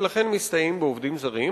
ולכן מסתייעים בעובדים זרים.